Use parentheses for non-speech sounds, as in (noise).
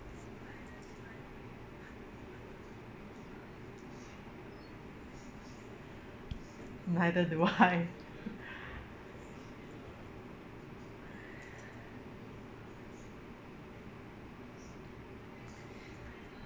neither do I (laughs)